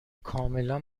کاملا